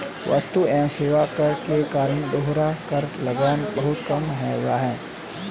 वस्तु एवं सेवा कर के कारण दोहरा कर लगना कम हुआ है